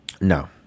No